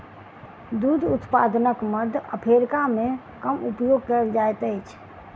दूध उत्पादनक मध्य अफ्रीका मे कम उपयोग कयल जाइत अछि